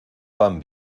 pan